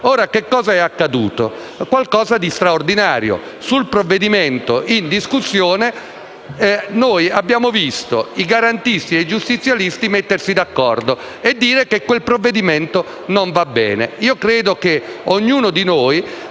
Ora, è accaduto qualcosa di straordinario: sul provvedimento in discussione abbiamo visto i garantisti e i giustizialisti essere d'accordo nel dire che questo provvedimento non va bene. Io credo che ognuno di noi